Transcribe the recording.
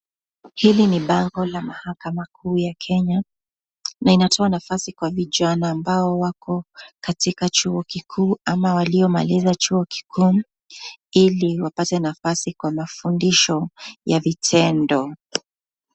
Hii Ni bango la mahakama kuu ya kenya, na inatoa nafasi Kwa vijana ambao wako katika chuo kikuu ama wamemaliza chuo kikuu Ile wapate nafasi kwa mafundisho ya vitendo.